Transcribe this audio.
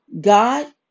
God